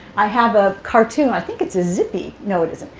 i have a cartoon i think it's a zippy. no, it isn't.